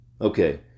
Okay